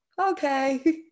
okay